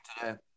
today